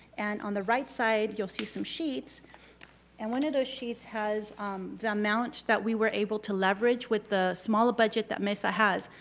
and on the right side, you'll see some sheets and one of those sheets has the amount that we were able to leverage with the small budget that mesa has.